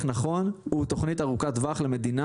נכון הוא תוכנית ארוכת טווח למדינה,